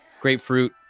grapefruit